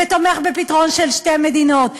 ותומך בפתרון של שתי מדינות.